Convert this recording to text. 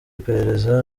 iperereza